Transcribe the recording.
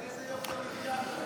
על איזה יוקר מחיה אתה מדבר?